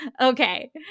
Okay